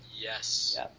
Yes